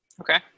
Okay